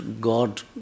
God